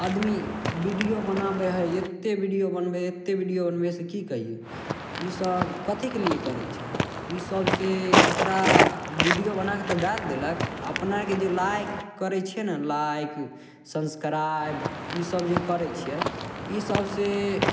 आदमी वीडियो बनाबय हइ एते वीडियो बनबय हय एते वीडियो बनबय हइ से की कहियै ईसब कथीके लिए करय छै ई सबसँ ओकरा वीडियो बनाके तऽ डालि देलक अपनाके जे लाइक करय छै ने लाइक सब्स्क्राइब ई सब जे करय छियै ई सबसँ